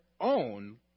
own